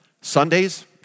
Sundays